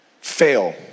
fail